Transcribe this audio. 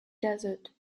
desert